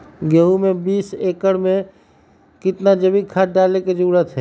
गेंहू में बीस एकर में कितना जैविक खाद डाले के जरूरत है?